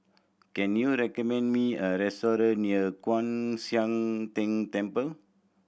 can you recommend me a restaurant near Kwan Siang Tng Temple